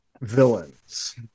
villains